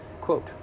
quote